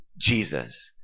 Jesus